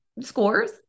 scores